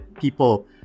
people